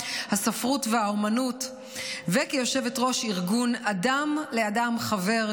הספרות והאומנות וכיושבת-ראש ארגון "אדם לאדם חבר",